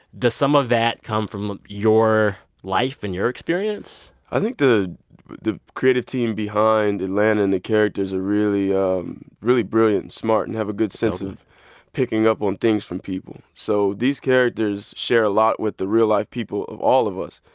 does some of that come from your life and your experience? i think the the creative team behind atlanta and the characters are really um really brilliant and smart and have a good sense of picking up on things from people. so these characters share a lot with the real life people of all of us.